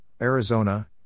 Arizona